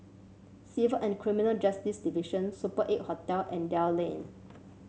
Civil and Criminal Justice Division Super Eight Hotel and Dell Lane